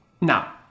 Now